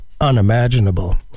unimaginable